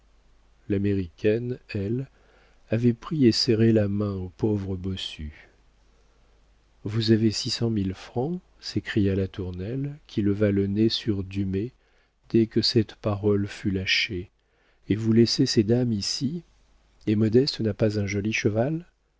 l'américaine elle avait pris et serré la main au pauvre bossu vous avez six cent mille francs s'écria latournelle qui leva le nez sur dumay dès que cette parole fut lâchée et vous laissez ces dames ici et modeste n'a pas un joli cheval